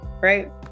right